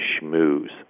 schmooze